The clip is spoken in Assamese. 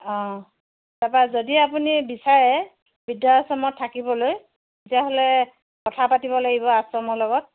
অঁ তাপা যদি আপুনি বিচাৰে বৃদ্ধাশ্ৰমত থাকিবলৈ তেতিয়াহ'লে কথা পাতিব লাগিব আশ্ৰমৰ লগত